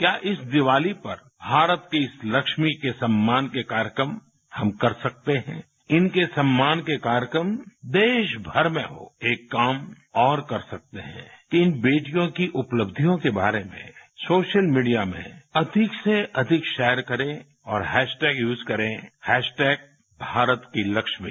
क्या इस दिवाली पर भारत की इस लक्ष्मी के सम्मान के कार्यक्रम हम कर सकते हैं इनके सम्मान के कार्यक्रम देशभर में होएक काम और कर सकते हैं कि इन बेटियों की उपलब्धियों के बारे में सोशल मीडिया में अधिक से अधिक शेयर करें और हैशटैग यूज करें भारत की लक्ष्मी